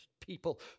people